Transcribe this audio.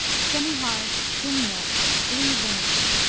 semihard skim milk blue-veined.